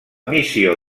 missió